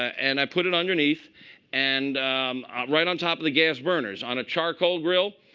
and i put it underneath and right on top of the gas burners. on a charcoal grill,